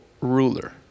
ruler